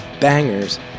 bangers